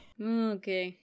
Okay